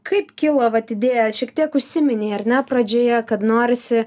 kaip kilo vat idėja šiek tiek užsiminei ar ne pradžioje kad norisi